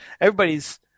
Everybody's